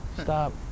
stop